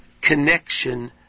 connection